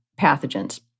pathogens